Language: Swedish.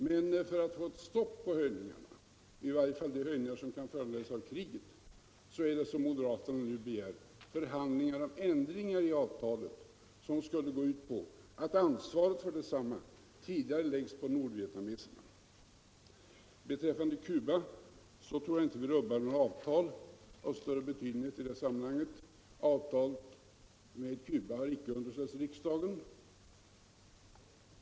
Men för att få stopp på höjningarna, i varje fall de höjningar som kan föranledas av kriget, begär moderata samlingspartiet nu förhandlingar om ändringar av avtalet vilka skulle gå ut på att ansvaret för detsamma tidigare läggs på nordvietnameserna. Beträffande Cuba tror jag inte vi rubbar några avtal av större betydelse i sammanhanget. Något avtal med Cuba har icke underställts riksdagen.